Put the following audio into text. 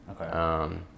Okay